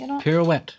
Pirouette